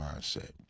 mindset